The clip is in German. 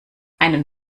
einen